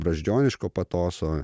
brazdžioniško patoso